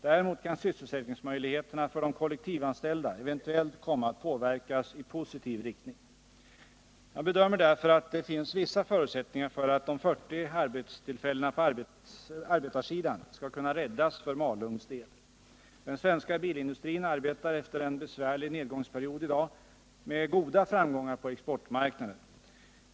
Däremot kan sysselsättningsmöjligheterna för de kollektivanställda eventuellt komma att påverkas i positiv riktning. Jag bedömer därför att det finns vissa förutsättningar för att de 40 arbetstillfällena på arbetarsidan skall kunna räddas för Malungs del. Den svenska bilindustrin arbetar efter en besvärlig nedgångsperiod i dag med goda framgångar på exportmarknaderna.